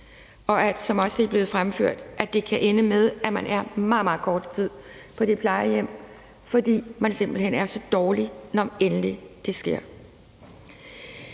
og, som det også er blevet fremført, at det kan ende med, at man er der i meget, meget kort tid på det plejehjem, fordi man simpelt hen er så dårlig, når man endelig kommer